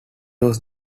was